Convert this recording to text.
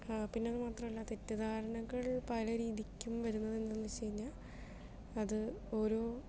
പിന്നെ അത് മാത്രമല്ല തെറ്റിദ്ധാരണകൾ പലരീതിക്കും വരുന്നത് എന്തെന്ന് വെച്ച് കഴിഞ്ഞാൽ അത് ഓരോ